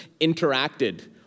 interacted